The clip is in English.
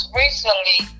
recently